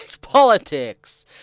politics